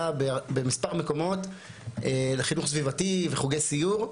במספר מקומות לחינוך סביבתי וחוגי סיור,